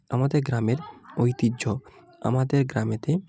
আমাদের গ্রামের ঐতিহ্য আমাদের গ্রামেতে